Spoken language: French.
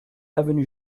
avenue